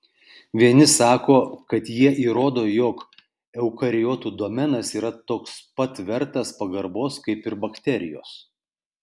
vieni sako kad jie įrodo jog eukariotų domenas yra toks pat vertas pagarbos kaip ir bakterijos